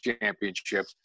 Championship